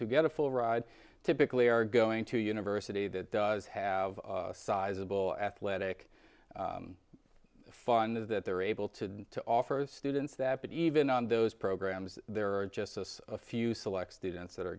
who get a full ride typically are going to university that does have a sizable athletic fund that they're able to to offer students that but even on those programs there are just a few select students that are